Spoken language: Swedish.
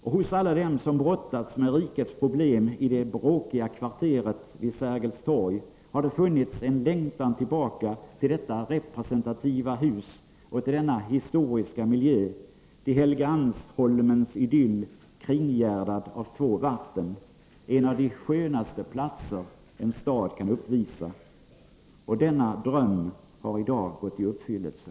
Och hos alla dem som brottats med rikets problem i det bråkiga kvarteret kring Sergels torg har det funnits en längtan tillbaka till detta representativa hus och till denna historiska miljö, till Helgeandsholmens idyll kringgärdad av två vatten — en av de skönaste platser en stad kan uppvisa. Denna dröm har i dag gått i uppfyllelse.